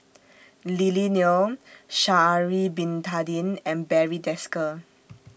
Lily Neo Sha'Ari Bin Tadin and Barry Desker